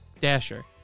Dasher